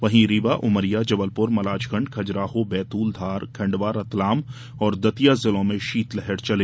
वहीं रीवा उमरिया जबलप्र मजालखंड खजुराहो बैतूल धार खंडवा रतलाम और दतिया जिलों में शीतलहर चली